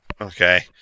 Okay